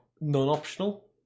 non-optional